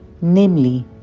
namely